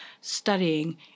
studying